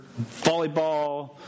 volleyball